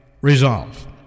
resolve